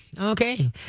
Okay